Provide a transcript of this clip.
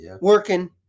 working